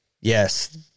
Yes